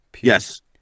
yes